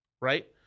right